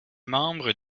membre